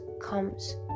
comes